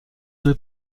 due